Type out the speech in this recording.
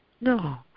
No